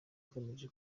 igamije